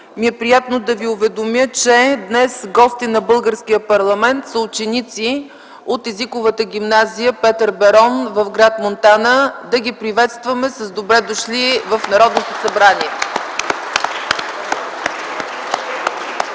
ми е да ви уведомя, че днес гости на българския парламент са ученици от Езиковата гимназия „Петър Берон” в гр. Монтана. Да ги приветстваме с „Добре дошли!” в Народното събрание.